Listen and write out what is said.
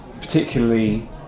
particularly